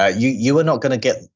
ah you you are not going to get,